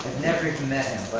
never even met him,